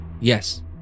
Yes